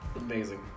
amazing